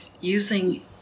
using